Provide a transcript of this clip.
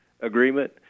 agreement